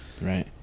Right